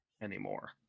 anymore